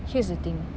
here's the thing